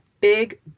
big